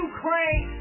Ukraine